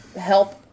help